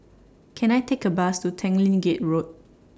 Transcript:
Can I Take A Bus to Tanglin Gate Road